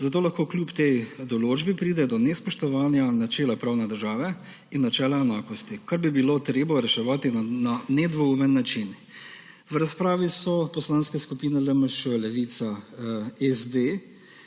zato lahko kljub tej določbi pride do nespoštovanja načela pravne države in načela enakosti, kar bi bilo treba reševati na nedvoumen način. V razpravi so poslanske skupine LMŠ, Levica, SD